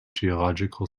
geological